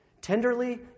tenderly